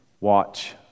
watch